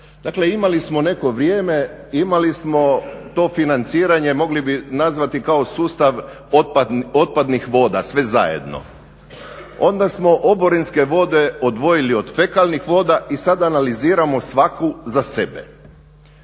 imali smo neko vrijeme, imali smo to financiranje, mogli bi nazvati kao sustav otpadnih voda sve zajedno, onda smo oborinske vode odvojili od fekalnih voda i sada analiziramo svaku za sebe.